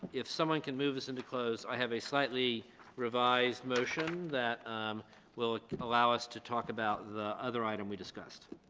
if someone can move us into closed? i have a slightly revised motion that um will ah allow us to talk about the other item we discussed.